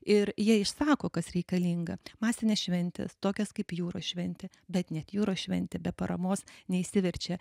ir jie išsako kas reikalinga masinės šventės tokias kaip jūros šventė bet net jūros šventė be paramos neišsiverčia